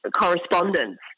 correspondence